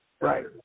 Right